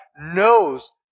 knows